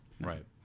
Right